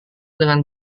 dengan